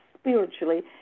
spiritually